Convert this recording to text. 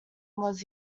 was